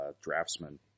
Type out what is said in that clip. draftsman